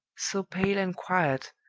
so pale and quiet,